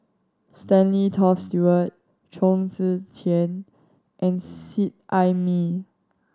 Stanley Toft Stewart Chong Tze Chien and Seet Ai Mee